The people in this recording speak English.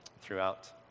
throughout